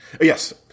Yes